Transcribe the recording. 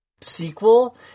sequel